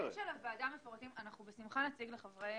אנחנו בשמחה נציג לחברי